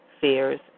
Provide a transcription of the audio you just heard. fears